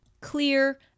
clear